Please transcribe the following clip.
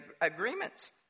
agreements